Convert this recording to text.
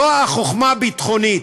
זו החוכמה הביטחונית.